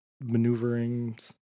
maneuverings